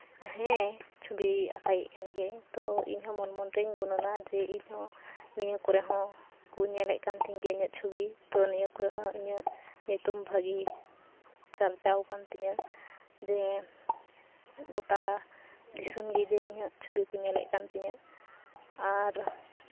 ᱦᱮᱸ ᱪᱷᱚᱵᱤ ᱟᱸᱠᱟᱣᱤᱡ ᱠᱟᱱ ᱜᱤᱭᱟᱹᱧ ᱛᱳ ᱤᱧᱦᱚᱸ ᱢᱚᱱ ᱢᱚᱱᱛᱤᱧ ᱜᱩᱱᱟᱹᱱᱟ ᱡᱮ ᱤᱧᱦᱚᱸ ᱱᱤᱭᱟᱹ ᱠᱚᱨᱮ ᱦᱚᱠᱚ ᱧᱮᱞᱮᱫ ᱠᱟᱱ ᱛᱤᱧ ᱜᱤᱭᱟᱹ ᱤᱧᱟᱹᱜ ᱪᱷᱚᱵᱤ ᱛᱳ ᱱᱤᱭᱟᱹ ᱠᱚᱨᱮᱦᱚᱸ ᱤᱧᱟᱹᱜ ᱧᱩᱛᱩᱢ ᱵᱷᱟᱹᱜᱤ ᱪᱟᱨᱪᱟᱣ ᱟᱠᱟᱱ ᱛᱤᱧᱟᱹ ᱡᱮ ᱜᱳᱴᱟ ᱫᱤᱥᱚᱢ ᱜᱮ ᱡᱮ ᱤᱧᱟᱹᱜ ᱪᱷᱚᱵᱤ ᱠᱚ ᱧᱮᱞᱮᱫ ᱠᱟᱱ ᱛᱤᱧᱟᱹ ᱟᱨ